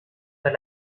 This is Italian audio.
per